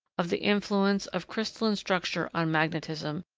of the influence of crystalline structure on magnetism,